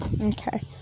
Okay